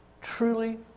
truly